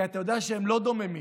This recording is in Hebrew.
כי אתה יודע שהם לא דוממים,